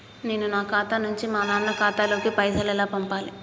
నేను నా ఖాతా నుంచి మా నాన్న ఖాతా లోకి పైసలు ఎలా పంపాలి?